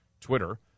Twitter